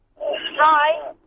Hi